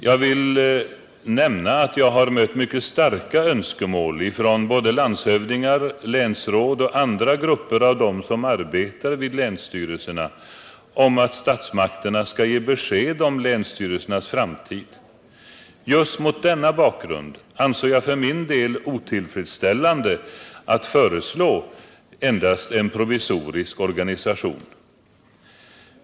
Jag vill nämna att jag har mött mycket starka önskemål från landshövdingar, länsråd och andra som arbetar vid länsstyrelserna om att statsmakterna skall ge besked om länsstyrelsernas framtid. Just mot denna bakgrund anser jag det otillfredsställande att föreslå endast en provisorisk organisation.